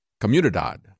Comunidad